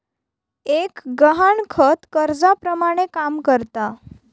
एक गहाणखत कर्जाप्रमाणे काम करता